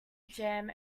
jam